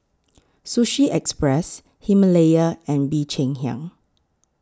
Sushi Express Himalaya and Bee Cheng Hiang